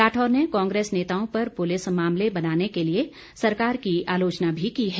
राठौर ने कांग्रेस नेताओं पर पुलिस मामले बनाने के लिए सरकार की आलोचना भी की है